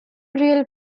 real